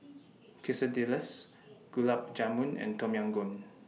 Quesadillas Gulab Jamun and Tom Yam Goong